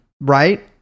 right